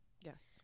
yes